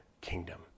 kingdom